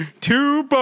two